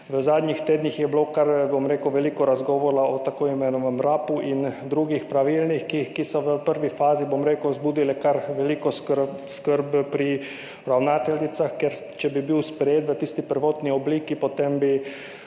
V zadnjih tednih je bilo kar, bom rekel, veliko razgovora o tako imenovanem RAP in drugih pravilnikih, ki so v prvi fazi, bom rekel, vzbudili kar veliko skrb pri ravnateljicah. Ker če bi bil sprejet v tisti prvotni obliki, potem bi